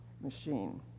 machine